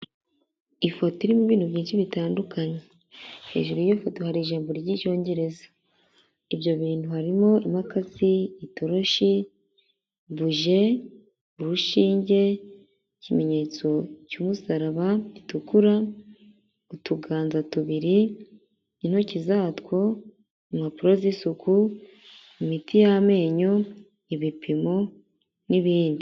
Ifoto irimo ibintu byinshi bitandukanye hejuru y'ifoto hari ijambo ry'Icyongereza ibyo bintu harimo impakasi, itoroshi, buje, urushinge, ikimenyetso cy'umusaraba gitukura, utuganza tubiri n'intoki zatwo, impapuro z'isuku, imiti y'amenyo, ibipimo n'ibindi.